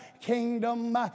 kingdom